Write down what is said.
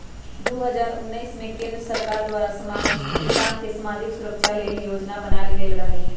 दू हज़ार उनइस में केंद्र सरकार द्वारा किसान के समाजिक सुरक्षा लेल जोजना बनाएल गेल रहई